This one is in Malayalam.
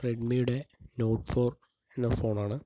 റെഡ്മിയുടെ നോട്ട് ഫോർ എന്ന ഫോണാണ്